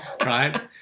Right